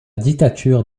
dictature